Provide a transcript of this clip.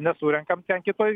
nesurenkam ten kitoj